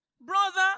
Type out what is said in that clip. brother